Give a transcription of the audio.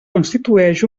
constitueix